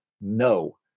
No